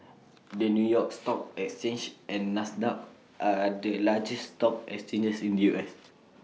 the new york stock exchange and Nasdaq are the largest stock exchanges in the U S